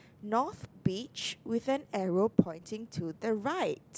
north beach with an arrow pointing to the right